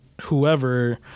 whoever